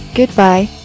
Goodbye